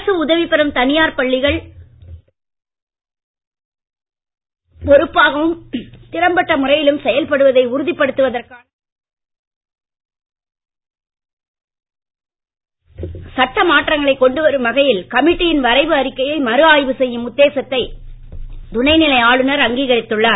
அரசு உதவி பெறும் தனியார் பள்ளிகள் பொறுப்பாகவும் திறம்பட்ட முறையிலும் செயல்படுவதை உறுதிப்படுத்துவதற்கான சட்ட மாற்றங்களைக் கொண்டு வரும் வகையில் கமிட்டியின் வரைவு அறிக்கையை மறு ஆய்வு செய்யும் உத்தேசத்தை துணைநிலை ஆளுநர் அங்கீகரித்துள்ளார்